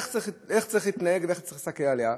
איך צריך להתנהג ואיך צריך להסתכל עליה: